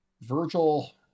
Virgil